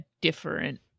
different